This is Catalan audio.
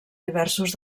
diversos